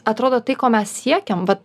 atrodo tai ko mes siekiam vat